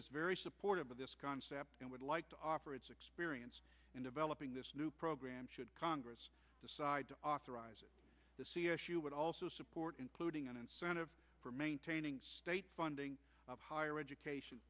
is very supportive of this concept and would like to offer its experience in developing this new program should congress decide to authorize the c s u would also support including an incentive for maintaining state funding of higher education